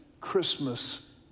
Christmas